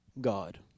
God